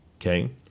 Okay